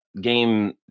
game